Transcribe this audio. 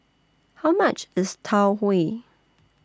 How much IS Tau Huay